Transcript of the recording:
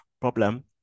problem